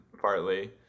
partly